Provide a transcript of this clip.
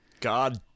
God